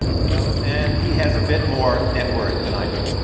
you know and he has a bit more net worth than i do.